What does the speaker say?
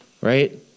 Right